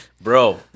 Bro